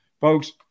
Folks